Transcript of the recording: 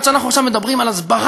עד שאנחנו עכשיו מדברים על הסברה,